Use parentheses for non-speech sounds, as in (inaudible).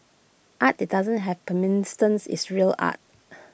art that doesn't have permanence is real art (noise)